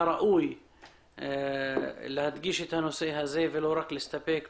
ראוי להדגיש אותו ולא רק לציין את הטיפול